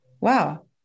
wow